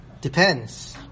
Depends